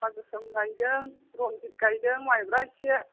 जोसा गोसोम गायदों रन्जित गायदों माइब्रा एसे